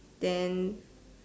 then